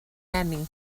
eni